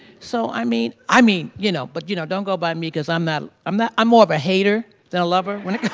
so, i mean i mean, you know, but you know, don't go by me because i'm not, i'm not i'm more of a hater than a lover when it